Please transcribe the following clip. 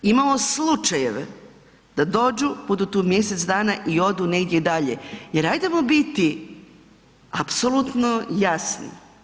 Imamo slučajeve da dođu, budu tu mjesec dana i odu negdje dalje jer hajdemo biti apsolutno jasni.